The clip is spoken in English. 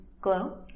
glow